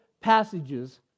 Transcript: passages